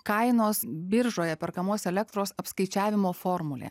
kainos biržoje perkamos elektros apskaičiavimo formulė